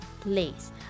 place